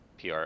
PR